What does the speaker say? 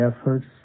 efforts